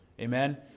Amen